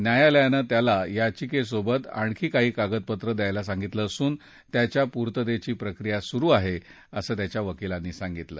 न्यायालयानं त्याला याचिकेसोबत आणखी काही कागदपत्रं द्यायला सांगितलं असून त्याच्या पूर्ततेची प्रक्रिया सुरु आहे असं त्याच्या वकीलांनी सांगितलं